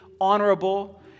honorable